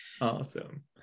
awesome